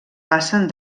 passen